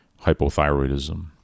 hypothyroidism